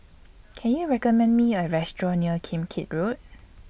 Can YOU recommend Me A Restaurant near Kim Keat Road